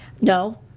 No